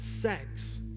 sex